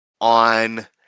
on